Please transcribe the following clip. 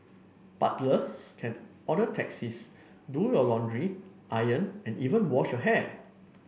butlers can order taxis do your laundry iron and even wash your hair